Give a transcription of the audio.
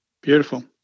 Beautiful